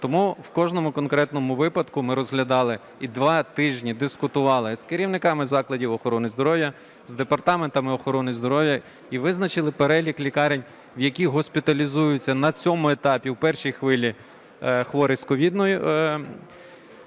Тому в кожному конкретному випадку ми розглядали і два тижні дискутували з керівниками закладів охорони здоров'я, з департаментами охорони здоров'я і визначили перелік лікарень, в які госпіталізуються на цьому етапі в першій хвилі хворі з коронавірусною